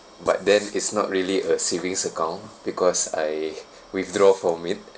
but then it's not really a savings account because I withdraw from it